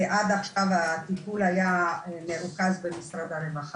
עד עכשיו הטיפול היה מרוכז במשרד הרווחה,